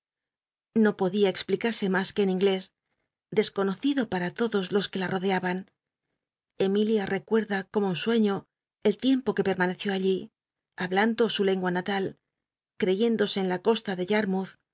no podia explicarse mas que en inglés desconocido para todos los que la rodeaban emilia recuerda corno un sneiío el tiempo qu e pcemaneció allí hablando sulengna natal creyéndose en la costa de